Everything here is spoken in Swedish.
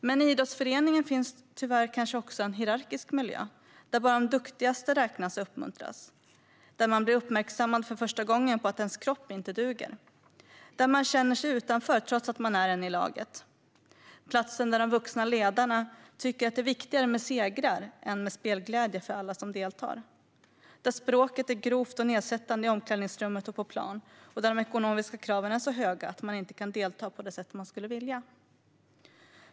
Men idrottsföreningen kan tyvärr också vara en hierarkisk miljö där bara de duktigaste räknas och uppmuntras, där man för första gången blir uppmärksammad på att ens kropp inte duger, där man känner sig utanför trots att man är en i laget. Det kan vara platsen där de vuxna ledarna tycker att det är viktigare med segrar än med spelglädje för alla som deltar. Språket kan vara grovt och nedsättande i omklädningsrummet och på plan, och de ekonomiska kraven kan vara så höga att man inte kan delta på det sätt som man skulle vilja.